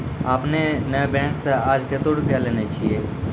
आपने ने बैंक से आजे कतो रुपिया लेने छियि?